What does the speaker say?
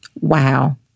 Wow